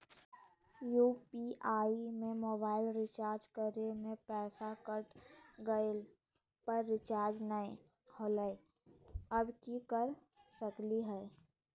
UPI से mobile recharge करे में पैसा कट गेलई, पर रिचार्ज नई होलई, अब की कर सकली हई?